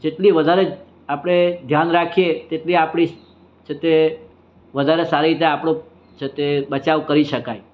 જેટલી વધારે આપણે ધ્યાન રાખીએ તેટલી આપણી છે તે વધારે સારી રીતે આપણું છે તે બચાવ કરી શકાય